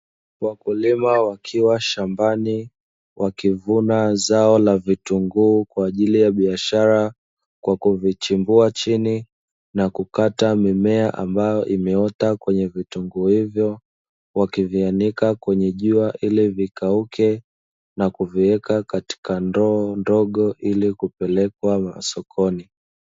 Wakulima wakiwa shambani wakivuna zao la vitunguu kwa ajili ya biashara kwa kuvichimbua chini na kukata mimea ambayo imeota kwenye vitunguu hivyo. Wakivianika kwenye jua ili vikauke na kuviweka katika ndoo ndogo ili kupelekwa sokoni.